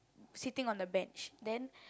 sitting on the bench then